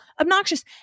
obnoxious